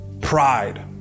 pride